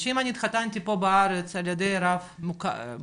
שאם אני התחתנתי פה בארץ על ידי רב מוסמך